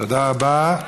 תודה רבה.